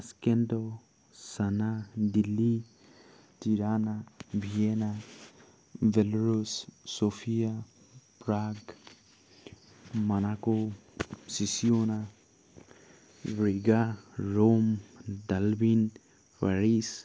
আছকেণ্ড চানা Delhi Tirana Vienna বেলৰোচ Sofia Prague Monaco চিচিয়না ব্ৰেগা ৰোম ডাল্বিন পেৰিছ